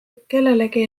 kellelegi